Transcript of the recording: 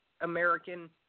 American